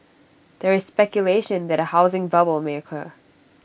there is speculation that A housing bubble may occur